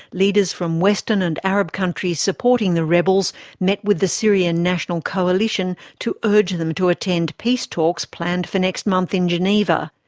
leaders from western and arab countries supporting the rebels met with the syrian national coalition to urge them to attend peace talks planned for next month in geneva.